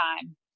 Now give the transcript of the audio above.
time